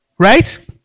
Right